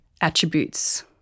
attributes